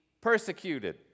persecuted